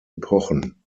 epochen